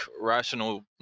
rational